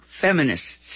feminists